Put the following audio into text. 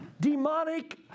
demonic